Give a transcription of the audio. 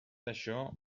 això